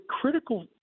critical